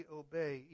obey